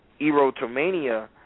erotomania